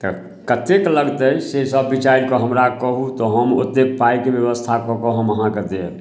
तऽ कतेक लगतै तऽ से सब विचारिकऽ हमरा कहू तऽ हम ओतेक पाइके बेबस्था कऽ कऽ हम अहाँके देब